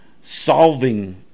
solving